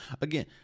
Again